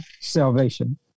salvation